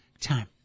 time